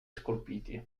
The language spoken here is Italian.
scolpiti